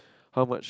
how much